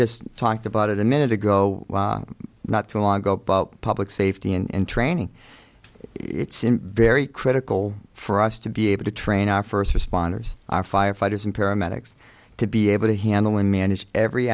just talked about it a minute ago not too long ago public safety and training it's very critical for us to be able to train our first responders our firefighters and paramedics to be able to handle and manage every